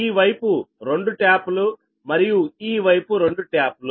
ఈ వైపు 2 ట్యాప్ లు మరియు ఈ వైపు 2 ట్యాప్ లు